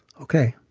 ok